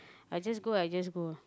I just go I just go